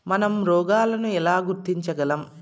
మనం రోగాలను ఎలా గుర్తించగలం?